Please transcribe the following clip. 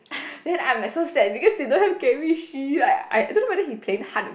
then I'm like so sad because they don't have chemistry like I don't know whether he playing hard to